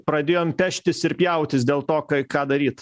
pradėjom peštis ir pjautis dėl to kai ką daryt